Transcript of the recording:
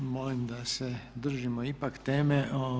Molim da se držimo ipak teme.